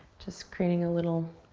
just creating a little